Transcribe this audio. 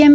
એમ